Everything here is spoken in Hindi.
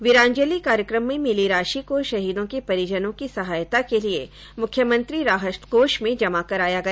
वीरांजली कार्यक्रम में मिली राशि को शहीदों के परिजनों की सहायता के लिए मुख्यमंत्री राहत कोष में जमा कराया गया